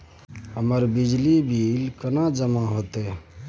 हमर बिजली के बिल केना जमा होते?